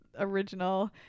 original